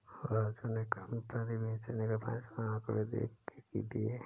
राजू ने कंपनी बेचने का फैसला आंकड़े देख के लिए